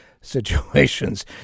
situations